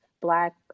Black